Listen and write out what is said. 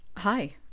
Hi